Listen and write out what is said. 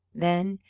then,